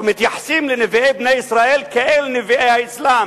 ומתייחסים לנביאי בני ישראל כאל נביאי האסלאם.